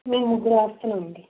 మేము ముగ్గురం వస్తామండీ